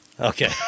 Okay